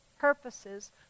purposes